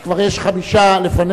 כי כבר יש חמישה לפניך,